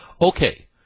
Okay